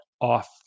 off